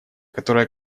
которая